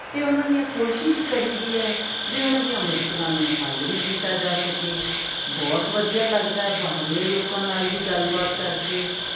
ਅਤੇ ਉਹਨਾਂ ਦੀਆਂ ਕੋਸ਼ਿਸ਼ ਕਰੀ ਦੀ ਹੈ ਵੀ ਉਹਨਾਂ ਦੀਆਂ ਮੁਸ਼ਕਿਲਾਂ ਨੂੰ ਹੱਲ ਵੀ ਕੀਤਾ ਜਾ ਸਕੇ ਬਹੁਤ ਵਧੀਆ ਲੱਗਦਾ ਬਾਹਰਲੇ ਲੋਕਾਂ ਨਾਲ ਵੀ ਗੱਲਬਾਤ ਕਰ ਕੇ